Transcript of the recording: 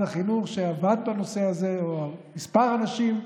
החינוך שעבד בנושא הזה או כמה אנשים,